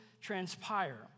transpire